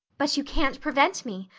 but you can't prevent me.